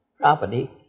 property